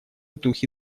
духе